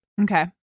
Okay